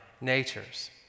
natures